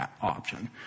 option